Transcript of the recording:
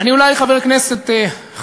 אני אולי חבר כנסת חדש,